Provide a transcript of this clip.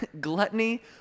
gluttony